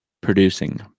producing